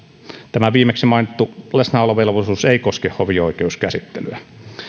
tämä viimeksi mainittu läsnäolovelvollisuus ei koske hovioikeuskäsittelyä